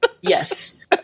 Yes